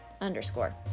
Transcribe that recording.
underscore